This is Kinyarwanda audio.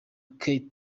kate